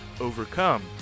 overcome